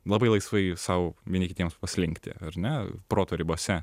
labai laisvai sau vieni kitiems paslinkti ar ne proto ribose